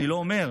אני לא אומר.